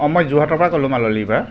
অঁ মই যোৰহাটৰপৰা ক'লো মালৌ আলিৰপৰা